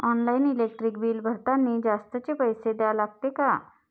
Online electric bill भरतानी जास्तचे पैसे द्या लागते का?